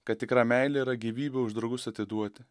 kad tikra meilė yra gyvybę už draugus atiduoti